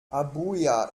abuja